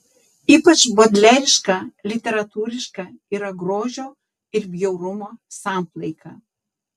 ypač bodleriška literatūriška yra grožio ir bjaurumo samplaika